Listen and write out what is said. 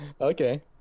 Okay